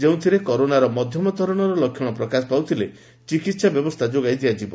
ଯେଉଁଥିରେ କରୋନାର ମଧ୍ୟମଧରଣର ଲକ୍ଷଣ ପ୍ରକାଶ ପାଉଥିଲେ ଚିକିତ୍ସା ବ୍ୟବସ୍ଥା ଯୋଗାଇ ଦିଆଯିବ